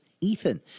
Ethan